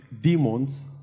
demons